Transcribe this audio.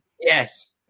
Yes